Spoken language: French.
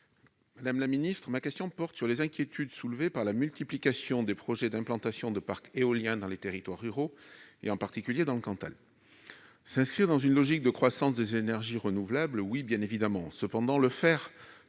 Madame la secrétaire d'État, ma question porte sur les inquiétudes soulevées par la multiplication des projets d'implantation de parcs éoliens dans les territoires ruraux, en particulier dans le Cantal. S'inscrire dans une logique de croissance des énergies renouvelables, j'y suis favorable, bien évidemment. En revanche, le faire